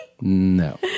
No